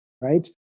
right